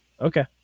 Okay